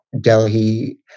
Delhi